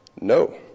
No